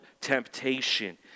temptation